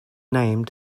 named